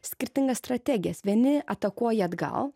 skirtingas strategijas vieni atakuoja atgal